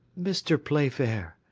mr. playfair,